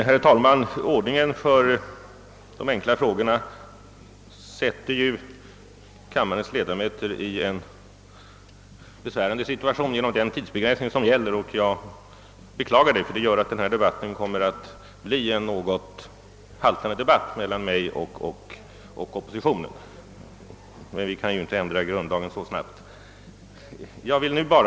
Herr talman! Ordningen för de enkla frågorna försätter kammarens ledamöter i en besvärlig situation. Jag beklagar det förhållandet, som gör att denna debatt kommer att bli något haltande och enbart föras mellan mig och företrädare för oppositionen. Men vi kan inte ändra grundlagen så snabbt att vi nu kan få en allmän debatt.